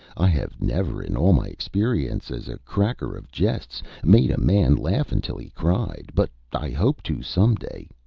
i have never in all my experience as a cracker of jests made a man laugh until he cried, but i hope to some day.